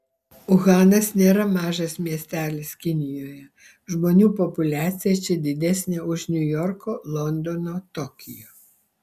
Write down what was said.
uhanas nėra mažas miestelis kinijoje žmonių populiacija čia didesnė už niujorko londono tokijo